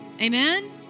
Amen